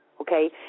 okay